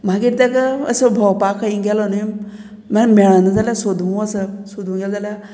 मागीर ताका असो भोंवपाक खंय गेलो न्हू मागीर मेळना जाल्यार सोदू वचप सोदूं गेलो जाल्यार